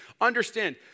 understand